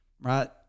right